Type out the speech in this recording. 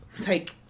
take